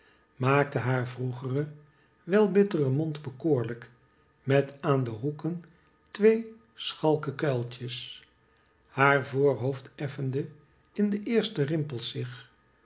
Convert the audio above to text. maakte haar vroegeren wel bitteren mond bekoorlijk met aan de hoeken twee schalke kuiltjes haar voorhoofd effende in de eerste rimpels rich